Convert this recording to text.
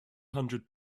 hundred